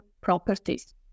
properties